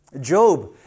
Job